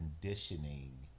conditioning